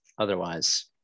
otherwise